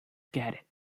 get